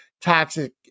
toxic